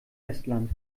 estland